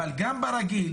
אבל גם ברגיל,